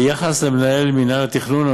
2. ביחס למנהל מינהל התכנון,